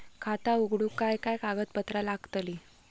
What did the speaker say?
खाता उघडूक काय काय कागदपत्रा लागतली?